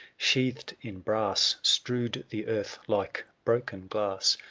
sheathed in brass. strewed the earth like broken glass.